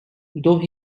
though